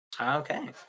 Okay